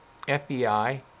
FBI